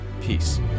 Peace